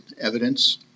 evidence